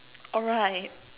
alright